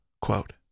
quote